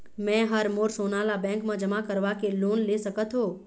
मैं हर मोर सोना ला बैंक म जमा करवाके लोन ले सकत हो?